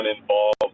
involved